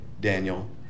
Daniel